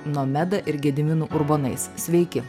nomeda ir gediminu urbonais sveiki